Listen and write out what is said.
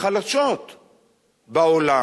החלשות בעולם.